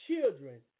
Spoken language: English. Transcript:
children